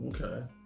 okay